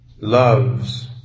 loves